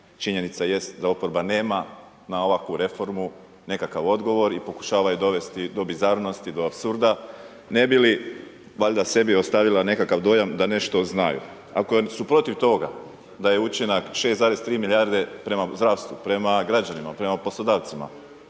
Činjenica jest da oporba nema na ovakvu reformu nekakav odgovor i pokušava je dovesti do bizarnosti, do apsurda ne bili valjda sebi ostavila nekakav dojam da nešto znaju ako je su protiv toga da je učinak 6,3 milijarde prema zdravstvu, prema poslodavcima,